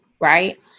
right